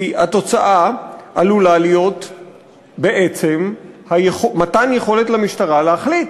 כי התוצאה עלולה להיות בעצם מתן יכולת למשטרה להחליט